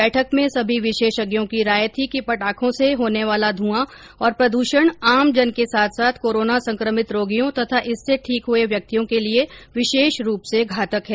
बैठक में सभी विशेषज्ञों की राय थी कि पटाखों से होने वाला ध्यआं और प्रदूषण आमजन के साथ साथ कोरोना संक्रमित रोगियों तथा इससे ठीक हए व्यक्तियों के लिए विशेष रूप से घातक है